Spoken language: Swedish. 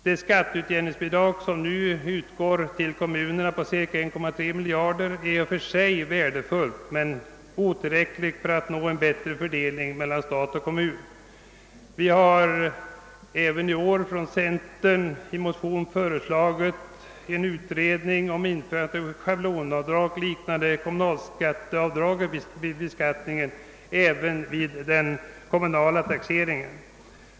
Det skatteutjämningsbidrag som nu utgår till kommunerna på cirka 1,3 miljard är i och för sig värdefullt men otillräckligt för att nå en bättre fördelning mellan stat och kommun. Vi har även i år i motion från centerpartiet föreslagit en utredning om införande av ett schablonavdrag — liknande kommurnalskatteavdraget vid den statliga beskattningen — även vid den kommunala taxeringen.